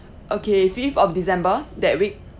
okay fifth of december that week